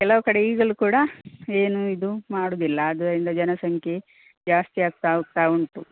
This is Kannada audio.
ಕೆಲವು ಕಡೆ ಈಗಲೂ ಕೂಡ ಏನೂ ಇದು ಮಾಡೋದಿಲ್ಲ ಆದುದರಿಂದ ಜನಸಂಖ್ಯೆ ಜಾಸ್ತಿಯಾಗ್ತ ಹೋಗ್ತ ಉಂಟು